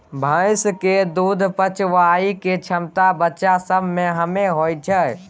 भैंस के दूध पचाबइ के क्षमता बच्चा सब में कम्मे होइ छइ